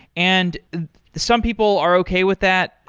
and some people are okay with that.